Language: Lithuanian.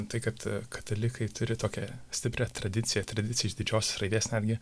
tai kad katalikai turi tokią stiprią tradiciją tradiciją iš didžiosios raidės netgi